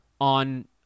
on